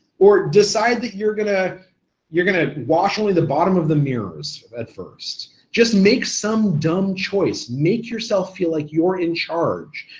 or decide that you're gonna you're gonna wash only the bottom of the mirrors at first. just make some dumb choice, make yourself feel like you're in charge.